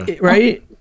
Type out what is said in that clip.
right